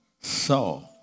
saw